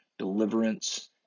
deliverance